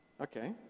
okay